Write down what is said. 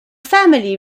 family